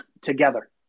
together